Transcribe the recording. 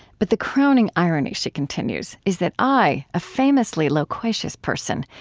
but the crowning irony, she continues, is that i, a famously loquacious person,